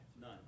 None